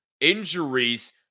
injuries